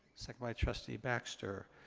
second by trustee baxter.